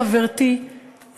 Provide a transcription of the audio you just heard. חברתי,